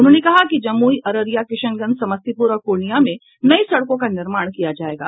उन्होंने कहा कि जमुई अररिया किशनगंज समस्तीपुर और पूर्णियां में नई सड़कों का निर्माण किया जायेगा